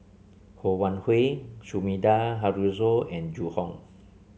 Ho Wan Hui Sumida Haruzo and Zhu Hong